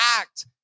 act